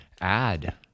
add